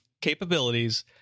capabilities